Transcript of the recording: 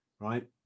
right